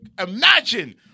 imagine